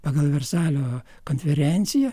pagal versalio konferenciją